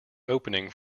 opening